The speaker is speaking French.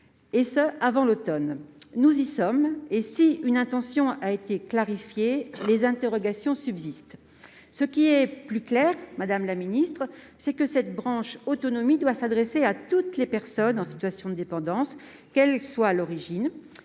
et ce avant l'automne. Nous y sommes. Si une intention a été clarifiée, les interrogations subsistent. Ce qui est plus clair, c'est que cette branche autonomie doit s'adresser à toutes les personnes en situation de dépendance, quelle que soit l'origine